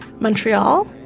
Montreal